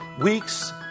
weeks